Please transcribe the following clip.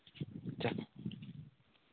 ᱟᱪᱪᱷᱟ